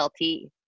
LT